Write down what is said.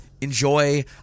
enjoy